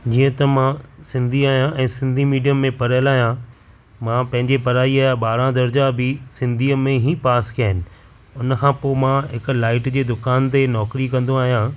जीअं त मां सिंधी आहियां ऐं सिंधी मीडियम में पढ़ियलु आहियां मां पंहिंजी पढ़ाईअ जा ॿारहं दर्जा बि सिंधीअ में ही पास कया आहिनि उन खां पोइ मां हिक लाइट जी दुकान ते नौकरी कंदो आहियां